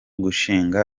gushinga